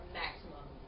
maximum